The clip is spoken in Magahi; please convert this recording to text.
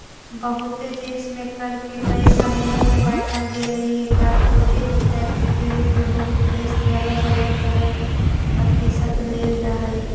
बहुते देश में कर के कई समूह में बांटल गेलइ हे कॉरपोरेट टैक्स के रूप में बहुत देश में अलग अलग कर प्रतिशत लेल जा हई